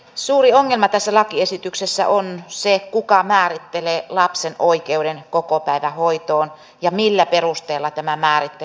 suuri ongelma tässä lakiesityksessä on se kuka määrittelee lapsen oikeuden kokopäivähoitoon ja millä perusteella tämä määrittely tapahtuu